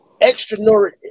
extraordinary